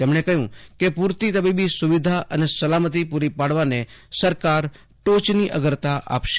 તેમણે કહ્ય કે પૂરતી તબીબી સ્રવિધા અને સલામતી પૂરી પાડવાને સરકાર ટોચની અગ્રતા આપશે